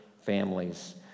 families